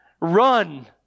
run